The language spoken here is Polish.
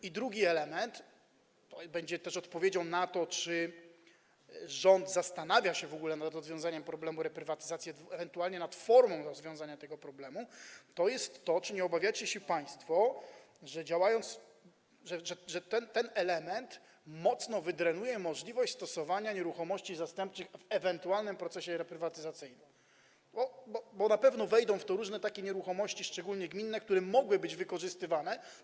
I drugi element będzie też odpowiedzią na to, czy rząd zastanawia się w ogóle nad rozwiązaniem problemu reprywatyzacji, ewentualnie nad formą rozwiązania tego problemu, tj. czy nie obawiacie się państwo, że działając... że ten element mocno wydrenuje możliwość dotyczącą stosowania nieruchomości zastępczych w ewentualnym procesie reprywatyzacyjnym, bo na pewno wejdą w to różne takie nieruchomości, szczególnie gminne, które mogły być wykorzystywane.